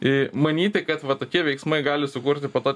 manyti kad va tokie veiksmai gali sukurti po to